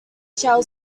shall